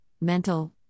mental